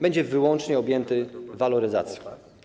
Będzie wyłącznie objęty waloryzacją.